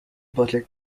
butler